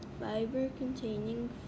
Fiber-containing